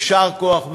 יישר כוח,